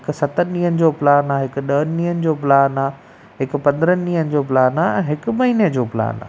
हिकु सतनि ॾींहनि जो प्लान आहे हिकु ॾहनि ॾींहनि जो प्लान आहे हिकु पंद्रहनि ॾींहनि जो प्लान आहे हिकु महीने जो प्लान आहे